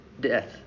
death